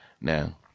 Now